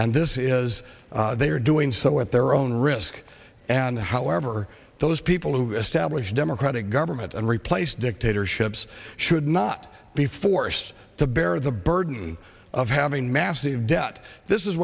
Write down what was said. and this is they are doing so at their own risk and however those people who establish democratic government and replace dictatorships should not be forced to bear the burden of having massive debt this is